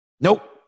Nope